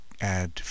add